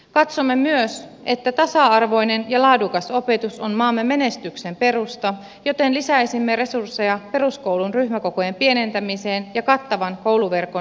katsomme myös että tasa arvoinen ja laadukas opetus on maamme menestyksen perusta joten lisäisimme resursseja peruskoulun ryhmäkokojen pienentämiseen ja kattavan kouluverkon ylläpitoon